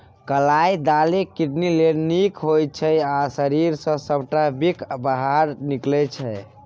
कलाइ दालि किडनी लेल नीक होइ छै आ शरीर सँ सबटा बिख बाहर निकालै छै